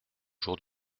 jour